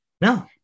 No